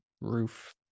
roof